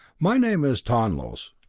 my name is tonlos,